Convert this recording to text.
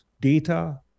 data